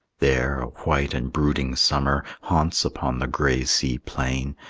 there a white and brooding summer haunts upon the gray sea-plain,